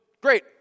great